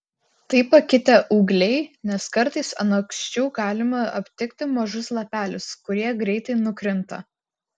tai pakitę ūgliai nes kartais ant aksčių galima aptikti mažus lapelius kurie greitai nukrinta